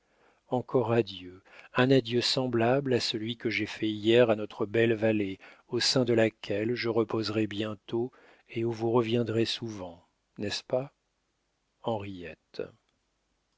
encore adieu un adieu semblable à celui que j'ai fait hier à notre belle vallée au sein de laquelle je reposerai bientôt et où vous reviendrez souvent n'est-ce pas henriette